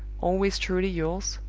always truly yours,